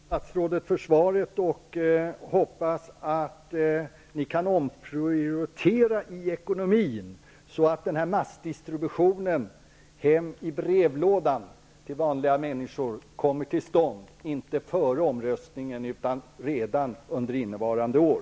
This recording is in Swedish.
Herr talman! Jag tackar statsrådet för svaret. Jag hoppas att ni kan omprioritera i ekonomin så att den här massdistributionen hem till vanliga människor genom deras brevlådor kommer till stånd inte före omröstningen utan redan under innevarande år.